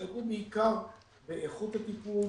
שנגעו בעיקר באיכות הטיפול,